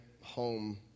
home